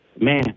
man